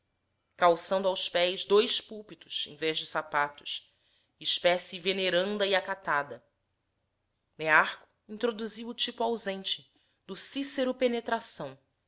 calçando aos pés dois púlpitos em vez de sapatos espécie venerada e acatada nearco introduziu o tipo ausente do cícero penetração